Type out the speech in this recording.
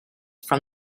from